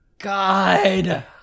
god